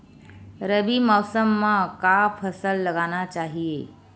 रबी मौसम म का फसल लगाना चहिए?